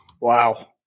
Wow